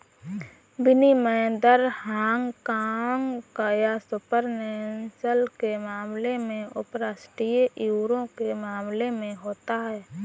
विनिमय दर हांगकांग या सुपर नेशनल के मामले में उपराष्ट्रीय यूरो के मामले में होता है